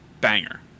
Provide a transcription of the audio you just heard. banger